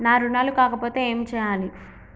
నా రుణాలు కాకపోతే ఏమి చేయాలి?